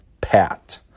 pat